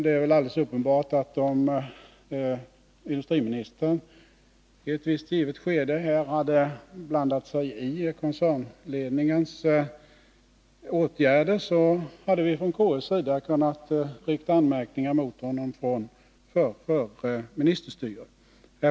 Det är väl alldeles uppenbart att vi från konstitutionsutskottets sida, om industriministern i ett visst skede hade blandat sig i koncernledningens åtgärder, hade kunnat rikta anmärkningar mot honom för ministerstyre.